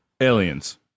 Aliens